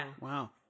Wow